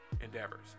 endeavors